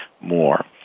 more